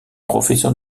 professeur